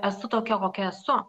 esu tokia kokia esu